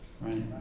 Right